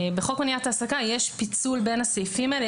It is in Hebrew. בחוק מניעת העסקה יש פיצול בין הסעיפים האלה.